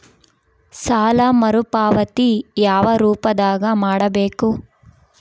ಸಾಲ ಮರುಪಾವತಿ ಯಾವ ರೂಪದಾಗ ಮಾಡಬೇಕು?